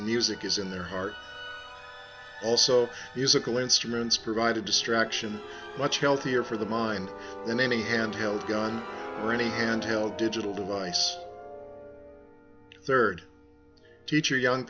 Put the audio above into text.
music is in their heart also musical instruments provide a distraction much healthier for the mind than any handheld gun running handheld digital device third teacher young